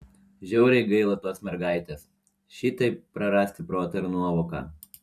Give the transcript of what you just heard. žiauriai gaila tos mergaitės šitaip prarasti protą ir nuovoką